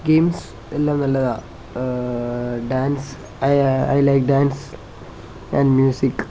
games എല്ലാം നല്ലതാണ് dance I like dance and music